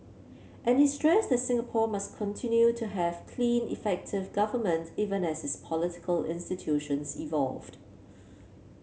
and he stressed that Singapore must continue to have clean effective government even as its political institutions evolve